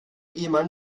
ehemann